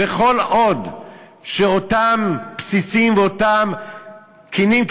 וכל עוד אותם בסיסים ואותם קנים,